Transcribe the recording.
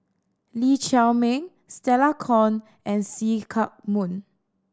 Lee Chiaw Meng Stella Kon and See Chak Mun